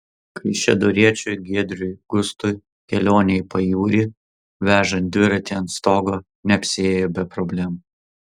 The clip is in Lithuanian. kaišiadoriečiui giedriui gustui kelionė į pajūrį vežant dviratį ant stogo neapsiėjo be problemų